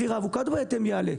מחיר האבוקדו בהתאם יעלה.